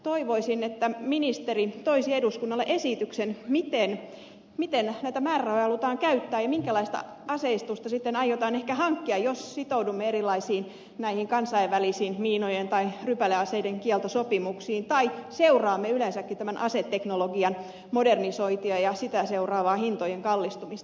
toivoisin että ministeri toisi eduskunnalle esityksen miten näitä määrärahoja halutaan käyttää ja minkälaista aseistusta sitten aiotaan ehkä hankkia jos sitoudumme näihin erilaisiin kansainvälisiin miinojen tai rypäleaseiden kieltosopimuksiin tai seuraamme yleensäkin tämän aseteknologian modernisointia ja sitä seuraavaa hintojen kallistumista